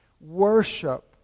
worship